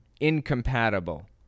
incompatible